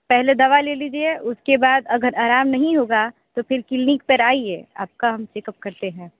पहले दवा ले लीजिए उसके बाद अगर आराम नहीं होगा तो फिर क्लिनिक पर आइए आपका हम चेकप करते हैं